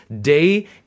day